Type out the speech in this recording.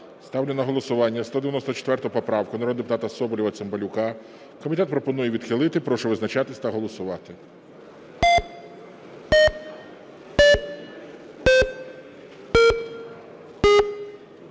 Ставлю на голосування 194 поправку народного депутата Соболєва, Цимбалюка. Комітет пропонує відхилити. Прошу визначатися та голосувати.